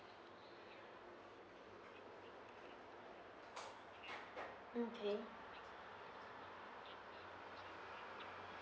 okay